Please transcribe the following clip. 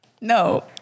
No